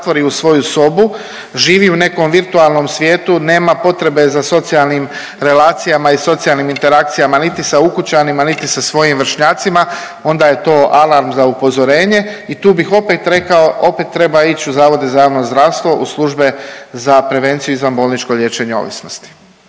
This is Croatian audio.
u svoju sobu, živi u nekom virtualnom svijetu, nema potreba za socijalnim relacijama i socijalnim interakcijama niti sa ukućanima, niti sa svojim vršnjacima onda je to alarm za upozorenje. I tu bih opet rekao, opet treba ići u zavode za javno zdravstvo, u službe za prevenciju i izvanbolničko liječenje ovisnosti.